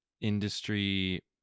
industry